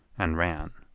and ran.